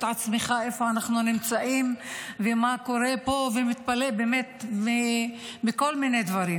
עצמך איפה אנחנו נמצאים ומה קורה פה ומתפלא מכל מיני דברים,